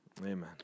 Amen